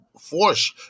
force